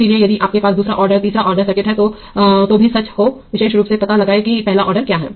इसलिए यदि आपके पास दूसरा ऑर्डर तीसरा ऑर्डर सर्किट है तो भी सच हो विशेष रूप से पता लगाएं कि पहला ऑर्डर क्या है